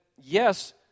yes